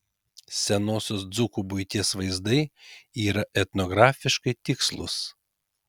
senosios dzūkų buities vaizdai yra etnografiškai tikslūs